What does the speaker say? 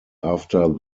after